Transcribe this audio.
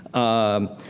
um,